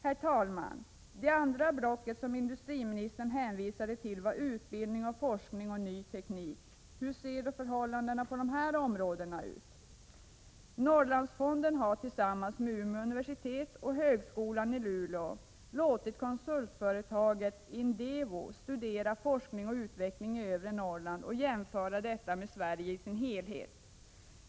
Herr talman! Det andra blocket som industriministern hänvisade till var utbildning, forskning och ny teknik. Hur ser då förhållandena på dessa områden ut? Norrlandsfonden har tillsammans med Umeå universitet och högskolan i Luleå låtit konsultföretaget INDEVO studera forskning och utveckling, fou, i övre Norrland och jämföra detta med Sverige som helhet.